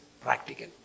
practical